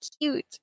cute